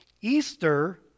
Easter